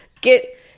get